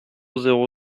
zéro